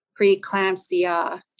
preeclampsia